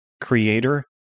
Creator